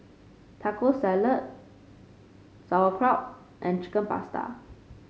Taco Salad Sauerkraut and Chicken Pasta